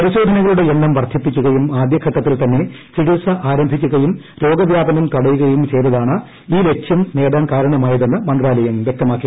പരിശോധനകളുടെ എണ്ണം വർദ്ധിപ്പിക്കുകൃിയും ആദ്യഘട്ടത്തിൽ തന്നെ ചികിത്സ ആരംഭിക്കുകയും രോഗ്പ്പ്യാപനം തടയുകയും ചെയ്താണ് ഈ ലക്ഷ്യം നേടിയത്തെന്ന് മന്ത്രാലയം വൃക്തമാക്കി